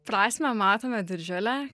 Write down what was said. prasmę matome didžiulę